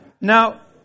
Now